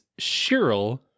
sheryl